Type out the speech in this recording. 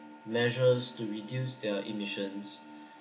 measures to reduce their emissions